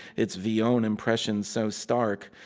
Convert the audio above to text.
it's villon impression so stark.